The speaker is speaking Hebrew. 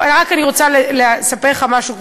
אני רק רוצה לספר לך משהו,